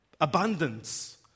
abundance